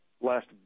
last